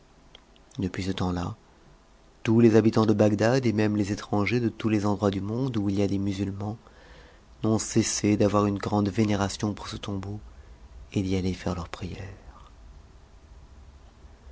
depuis ce temps-là tous t's habitants de bagdad et môme les étrangers de tous les endroits du mondt où il y a des musulmans n'ont cessé d'avoir une grande vénération pour ce tombeau et d'y a ter iairc leurs prières